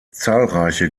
zahlreiche